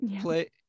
play